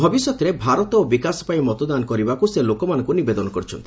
ଭବିଷ୍ୟତରେ ଭାରତ ଓ ବିକାଶ ପାଇଁ ମତଦାନ କରିବାକୁ ସେ ଲୋକମାନଙ୍କୁ ନିବେଦନ କରିଛନ୍ତି